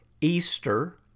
Easter